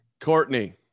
Courtney